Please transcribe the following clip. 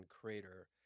Crater